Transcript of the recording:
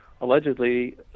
allegedly